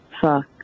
fuck